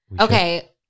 Okay